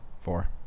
Four